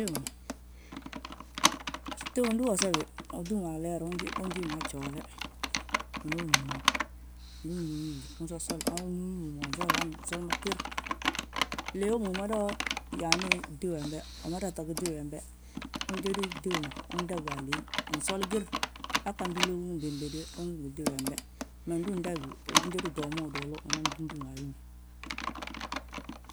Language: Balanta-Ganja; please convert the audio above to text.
Tiw, tiwi ndu uwosawi utúma a gileer, unjiiŋwi a gjoole, unan wi ñúuñu, ndu uñúuñuwi, win sol hanu usol mo gir. Leey wommu, wi ma yaani, wi mada ŧagi tíw wembe. Unjódi tíw ma, undagiwi a léey, win soli gir, hangati lóoguŋ ubinbidi wi, ungí ngi tíw wembe. Mee ndu udagiwi, Unjédi toomu uduulu, unan jújuŋ a wi ma.